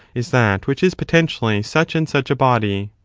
is that which is potentially such and such a body.